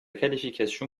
qualification